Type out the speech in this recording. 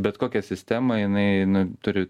bet kokia sistema jinai turi